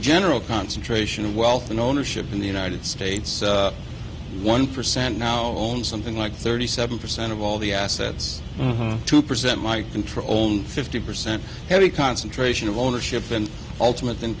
general concentration of wealth in ownership in the united states one percent now owns something like thirty seven percent of all the assets to present my controlled fifty percent heavy concentration of ownership and ultimate than